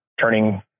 turning